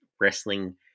wrestling